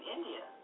India